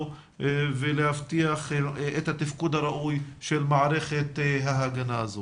ולהבטיח את התפקוד הראוי של מערכת ההגנה הזו.